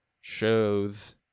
shows